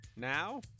now